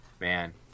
Man